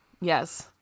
Yes